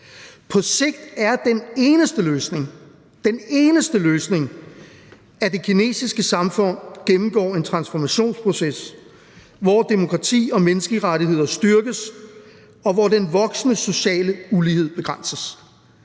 løsning – den eneste løsning – at det kinesiske samfund gennemgår en transformationsproces, hvor demokrati og menneskerettigheder styrkes, og hvor den voksende sociale ulighed begrænses.